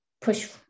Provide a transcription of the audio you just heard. push